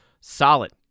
solid